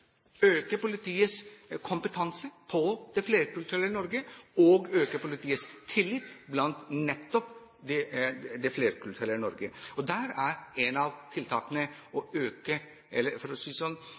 øke politiets kompetanse på det flerkulturelle Norge og å øke tilliten til politiet nettopp i det flerkulturelle Norge. Der er ett av tiltakene: